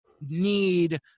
need